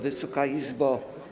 Wysoka Izbo!